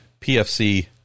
PFC